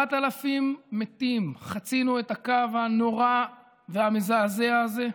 7,000 מתים, חצינו את הקו הנורא והמזעזע הזה.